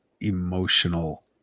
emotional